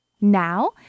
Now